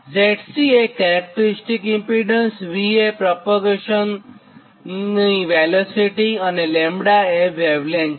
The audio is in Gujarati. Zc એ કેરેક્ટરીસ્ટીક ઇમ્પીડન્સ v એ પ્રોપેગેશનનો વેગ અને લેમ્બડા વેવલેંથ છે